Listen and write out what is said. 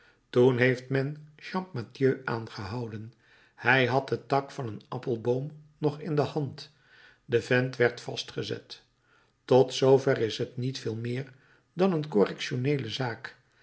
toen heeft men champmathieu aangehouden hij had den tak van een appelboom nog in de hand de vent werd vastgezet tot zoover is t niet veel meer dan een correctioneele zaak